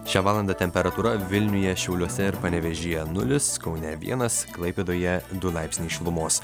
šią valandą temperatūra vilniuje šiauliuose ir panevėžyje nulis kaune vienas klaipėdoje du laipsniai šilumos